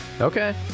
Okay